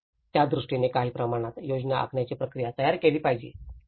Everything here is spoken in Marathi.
तर त्यादृष्टीने काही प्रमाणात योजना आखण्याची प्रक्रिया तयार केली पाहिजे